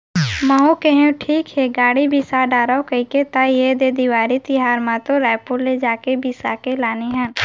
महूँ कहेव ठीक हे गाड़ी बिसा डारव कहिके त ऐदे देवारी तिहर म तो रइपुर ले जाके बिसा के लाने हन